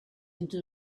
into